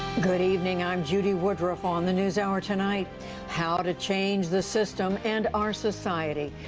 good evening. i'm judy woodruff. on the newshour tonight how to change the system and our society.